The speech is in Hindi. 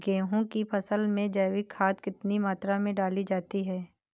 गेहूँ की फसल में जैविक खाद कितनी मात्रा में डाली जाती है?